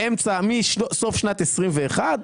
מסוף שנת 21',